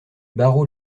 barreau